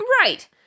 Right